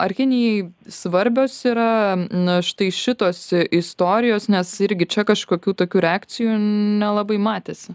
ar kinijai svarbios yra na štai šitos istorijos nes irgi čia kažkokių tokių reakcijų nelabai matėsi